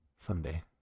someday